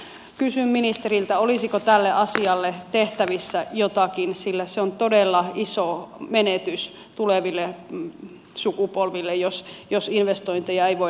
kysyn ministeriltä olisiko tälle asialle tehtävissä jotakin sillä se on todella iso menetys tuleville sukupolville jos investointeja ei voida tehdä